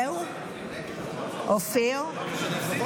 זהו, אופיר?